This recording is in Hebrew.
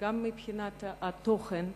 גם מבחינת התוכן,